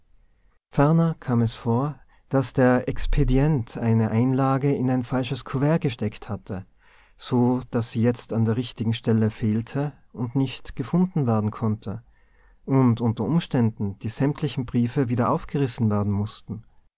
ferner kam es vor daß der expedient eine einlage in ein falsches kuvert gesteckt hatte so daß sie jetzt an der richtigen stelle fehlte und nicht gefunden werden konnte und unter umständen die sämtlichen briefe wieder aufgerissen werden mußten